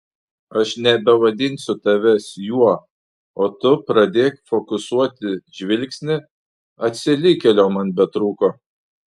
aš nebevadinsiu tavęs juo o tu pradėk fokusuoti žvilgsnį atsilikėlio man betrūko